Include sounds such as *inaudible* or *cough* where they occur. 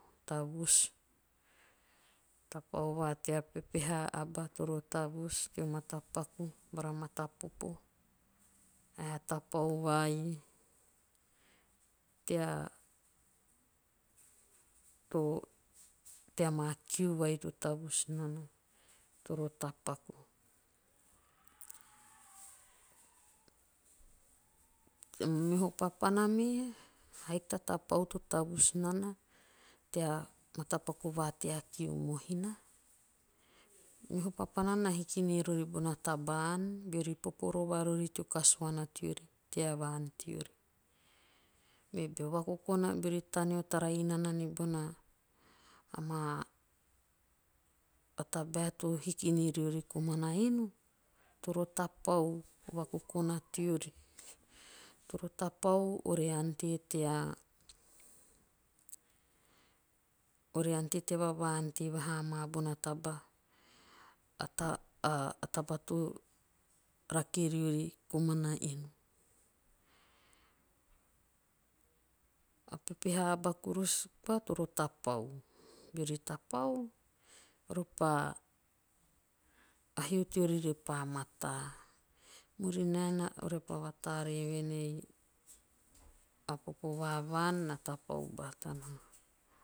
Tavus. tapau va tea pepeha aba toro tavus teo matapaku bara mata popo. ae a tapau vai tea. to *hesitation* tea maa kiu vai to tavus nana toro tapaku. Meho papana me. haiki ta tapau to tavus nana tea matapaku va tea kiu mihina. Meho papana na hiki ni rori bona taba ann beori popo rova rori teo kasuana teori. tea vaan teori. Me beo vakokona. beori *hesitation* taneo tara inana nibona amaa tabae to hiki niriori komana inu toro tapau. o vakokona teori. Toro tapau ore ante tea. ore ante tea vavaante vaha maa bona taba ata a *hesitation* tata to rake riori komana inu. A pepeha aba kurus bau toro tapau. Beori tapau. ore pa *hesitation* a hio teori repa mataa/murinae ore pa vatore vuen ei a popo va vaan na tapau batana.